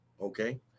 okay